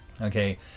Okay